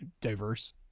diverse